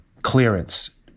clearance